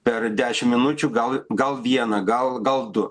per dešim minučių gal gal vieną gal gal du